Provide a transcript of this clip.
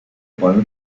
bäume